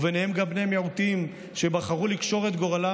וביניהם גם בני מיעוטים שבחרו לקשור את גורלם